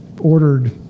ordered